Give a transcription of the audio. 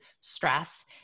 stress